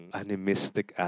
animistic